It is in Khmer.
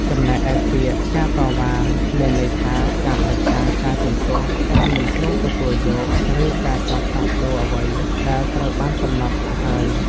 ចំំណែកឯពាក្យ ការតវ៉ា មានន័យថា ការប្រឆាំង ការជំទាស់ ការមិនព្រមទទួលយក ឬការចង់ផ្លាស់ប្តូរអ្វីដែលត្រូវបានកំណត់ទុកហើយ។